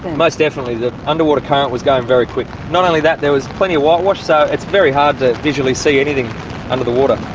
most definitely. the underwater current was going very quick. not only that. there was plenty of whitewash, so it's very hard to visually see anything under the water.